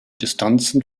distanzen